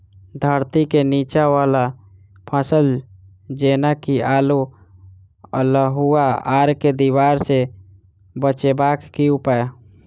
धरती केँ नीचा वला फसल जेना की आलु, अल्हुआ आर केँ दीवार सऽ बचेबाक की उपाय?